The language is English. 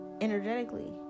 energetically